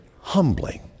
humbling